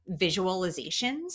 visualizations